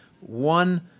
one